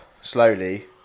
slowly